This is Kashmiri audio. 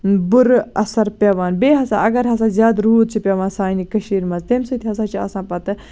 بُرٕ اَثر پیوان بیٚیہِ ہسا اَگر ہسا زیادٕ روٗد چھُ پیوان سانہِ کٔشیٖر منٛز تَمہِ سۭتۍ ہسا چھِ آسان پَتہٕ